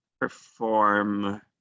perform